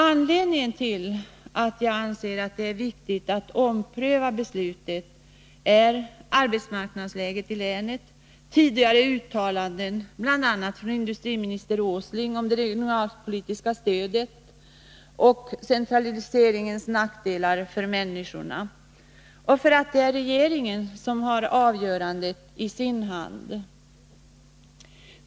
Anledningarna till att jag anser det viktigt att beslutet omprövas är arbetsmarknadsläget i länet, tidigare uttalanden, bl.a. från industriministern Åsling, om det regionalpolitiska stödet, centraliseringens nackdelar för människorna — och att det är regeringen som har avgörandet i sin hand.